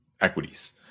equities